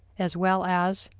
as well as,